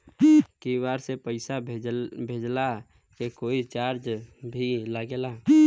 QR से पैसा भेजला के कोई चार्ज भी लागेला?